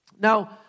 Now